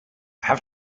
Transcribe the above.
have